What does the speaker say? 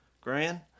Grand